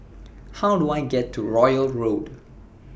How Do I get to Royal Road